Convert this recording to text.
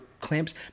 clamps